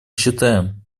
считаем